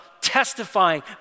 testifying